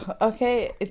Okay